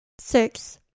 Six